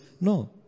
No